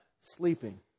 sleeping